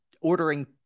ordering